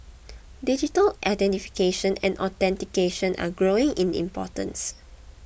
digital identification and authentication are growing in importance